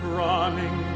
running